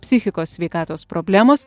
psichikos sveikatos problemos